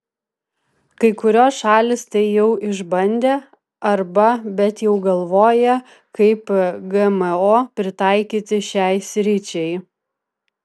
kai kurios šalys tai jau išbandė arba bet jau galvoja kaip gmo pritaikyti šiai sričiai